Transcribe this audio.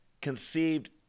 conceived